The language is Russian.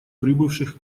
прибывших